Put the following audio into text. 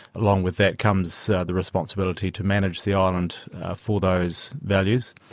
along with that comes the responsibility to manage the island for those values.